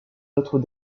notre